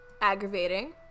aggravating